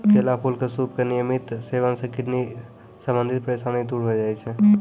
केला फूल के सूप के नियमित सेवन सॅ किडनी संबंधित परेशानी दूर होय जाय छै